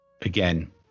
again